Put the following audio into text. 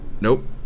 Nope